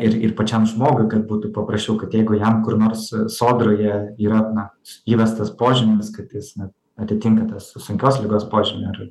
ir ir pačiam žmogui kad būtų papraščiau kad jeigu jam kur nors sodroje yra na įvestas požymis kad jis na atitinka tas sunkios ligos požymį ar